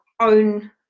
own